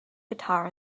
guitar